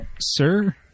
Sir